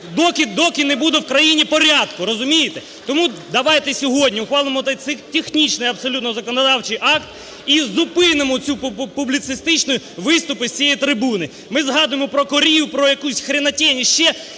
доти не буде в країні порядку, розумієте. Тому давайте сьогодні ухвалимо технічний абсолютно законодавчий акт і зупинимо публіцистичні виступи з цієї трибуни. Ми згадуємо про корів, про якусь хренотень ще,